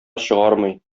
чыгармый